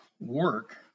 work